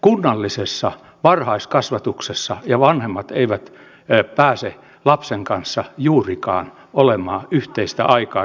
kunnallisessa varhaiskasvatuksessa ja vanhemmat eivät pääse lapsen kanssa juurikaan yhteistä aikaa käyttämään